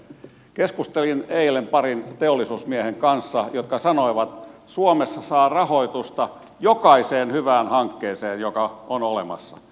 keskustelin eilen parin teollisuusmiehen kanssa jotka sanoivat että suomessa saa rahoitusta jokaiseen hyvään hankkeeseen joka on olemassa